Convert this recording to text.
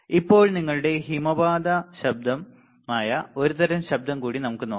ഇപ്പോൾ നിങ്ങളുടെ ഹിമപാത ശബ്ദമായ ഒരുതരം ശബ്ദം കൂടി നമുക്ക് നോക്കാം